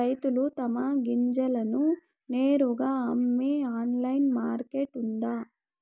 రైతులు తమ గింజలను నేరుగా అమ్మే ఆన్లైన్ మార్కెట్ ఉందా?